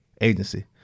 agency